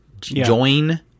Join